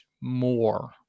more